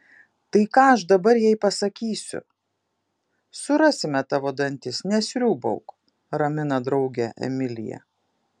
tai ką aš dabar jai pasakysiu surasime tavo dantis nesriūbauk ramina draugę emilija